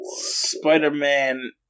Spider-Man